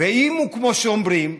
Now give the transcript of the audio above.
ואם הוא כמו שאומרים,